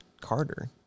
Carter